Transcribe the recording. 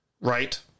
right